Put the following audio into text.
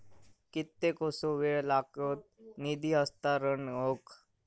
कितकोसो वेळ लागत निधी हस्तांतरण हौक?